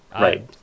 Right